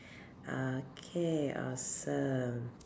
okay awesome